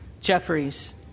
Jeffries